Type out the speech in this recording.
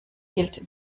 gilt